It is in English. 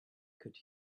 could